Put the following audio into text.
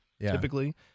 typically